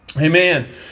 Amen